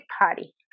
party